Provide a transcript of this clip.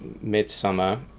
midsummer